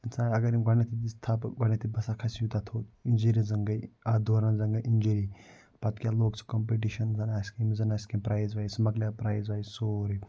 اِنسان اَگر أمۍ گۄڈٕنٮ۪تھٕے دِژ تھپہٕ گۄڈٕنٮ۪تھٕے بہٕ ہسا کھسہٕ یوٗتاہ تھوٚد اِنجٕری زَنہٕ گٔے اَتھ دوران زَنہٕ گٔے اِنجٕری پَتہٕ کیٛاہ لوٚگ سُہ کَمپِٹیشَن زَنہٕ آسہِ کیٚنہہ أمِس زَنہٕ آسہِ کیٚنہہ پرایِز وایِز پَتہٕ کیٛاہ مَکلیو سُہ پرایِز وایِز سورُے